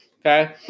Okay